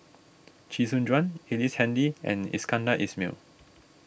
Chee Soon Juan Ellice Handy and Iskandar Ismail